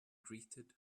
greeted